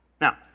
Now